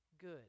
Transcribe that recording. good